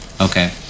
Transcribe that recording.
Okay